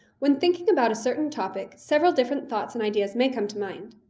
when thinking about a certain topic, several different thoughts and ideas may come to mind.